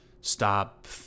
Stop